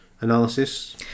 analysis